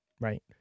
right